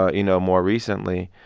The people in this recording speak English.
ah you know, more recently.